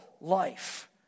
life